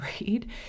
read